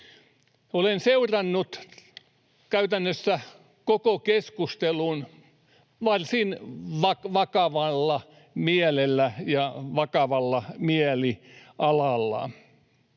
Olen seurannut käytännössä koko keskustelun varsin vakavalla mielellä ja vakavalla mielialalla,